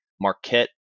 Marquette